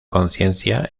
conciencia